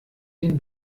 den